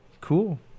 Cool